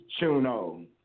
Chuno